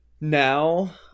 now